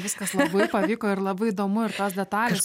viskas labai pavyko ir labai įdomu ir tos detalės